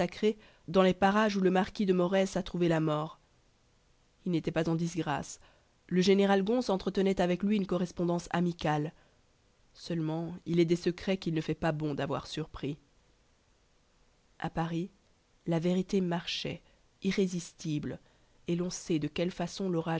dans les parages où le marquis de morès a trouvé la mort il n'était pas en disgrâce le général gonse entretenait avec lui une correspondance amicale seulement il est des secrets qu'il ne fait pas bon d'avoir surpris a paris la vérité marchait irrésistible et l'on sait de quelle façon